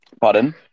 Pardon